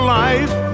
life